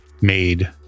made